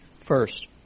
First